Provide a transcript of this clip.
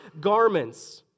garments